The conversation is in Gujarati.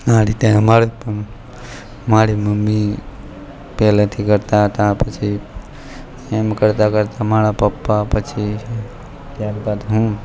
આ રીતે અમાર પણ મારી મમ્મી પહેલેથી કરતા હતા પછી એમ કરતાં કરતાં મારા પપ્પા પછી ત્યારબાદ હું